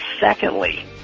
Secondly